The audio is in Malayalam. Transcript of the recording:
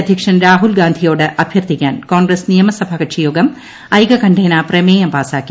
അധ്യക്ഷൻ രാഹുൽ ഗാന്ധിയോട് അഭ്യർത്ഥിക്കാൻ കോൺഗ്രസ് നിയമസഭ കക്ഷി യോഗം ഐക്യകണ്ഠേന പ്രമേയം പാസ്സാക്കി